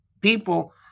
People